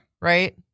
right